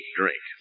drink